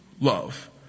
love